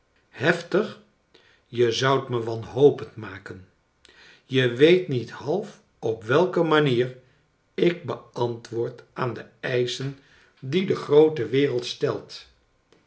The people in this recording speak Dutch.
heftig je zoudt me wanhopend niaken je weet niet half op welke manier ik beantwoord aan de eischen die de groote wereld stelt